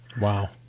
Wow